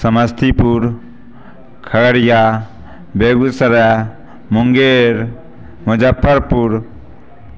Samastipur Khagaria Begusarai Munger Muzaffarpur